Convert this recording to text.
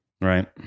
right